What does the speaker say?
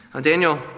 Daniel